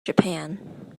japan